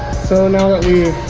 so now that we